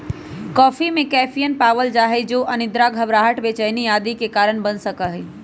coffee में caffeine पावल जा हई जो अनिद्रा, घबराहट, बेचैनी आदि के कारण बन सका हई